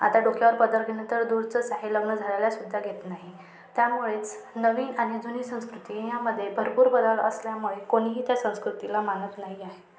आता डोक्यावर पदर घेणं तर दूरचंच आहे लग्न झालेल्या सुद्धा घेत नाही त्यामुळेच नवीन आणि जुनी संस्कृती यामध्ये भरपूर बदल असल्यामुळे कोणीही त्या संस्कृतीला मानत नाही आहे